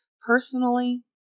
personally